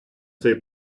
цей